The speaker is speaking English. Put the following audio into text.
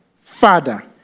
Father